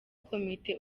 komite